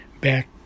back